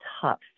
tough